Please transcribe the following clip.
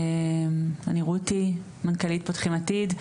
אני רותי שינפלד ואני מנכ"לית "פותחים עתיד"